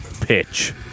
pitch